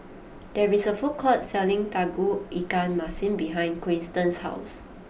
there is a food court selling Tauge Ikan Masin behind Quinten's house